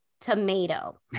tomato